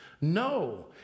No